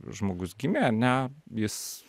žmogus gimė ane jis